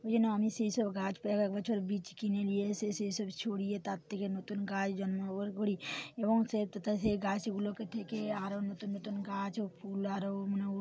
ওই জন্য আমি সেই সব গাছ প্রায় এক বছর বীজ কিনে নিয়ে এসে সে সব ছড়িয়ে তার থেকে নতুন গাছ জন্মবার করি এবং সেটা তার সেই গাছগুলোকে দেখে আরো নতুন নতুন গাছ ফুল আরো অন্য